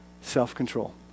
self-control